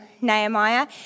Nehemiah